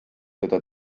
teda